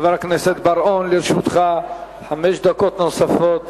חבר הכנסת בר-און, לרשותך חמש דקות נוספות